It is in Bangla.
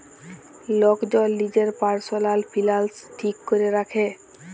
লক জল লিজের পারসলাল ফিলালস ঠিক ক্যরে রাখে